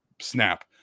snap